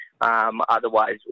Otherwise